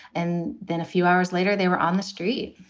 and then a few hours later, they were on the street